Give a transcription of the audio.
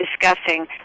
discussing